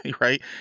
Right